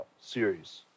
series